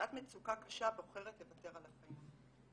בשעת מצוקה קשה בוחרת לוותר על החיים,